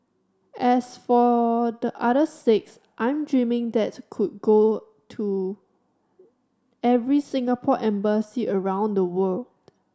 as for the other six I'm dreaming that could go to every Singapore embassy around the world